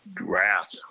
wrath